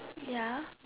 ya